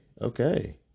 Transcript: okay